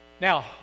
Now